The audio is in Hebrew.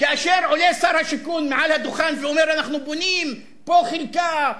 כאשר עולה שר השיכון על הדוכן ואומר: אנחנו בונים פה חלקה,